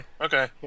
okay